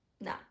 No